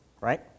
right